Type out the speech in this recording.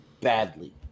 badly